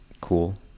cool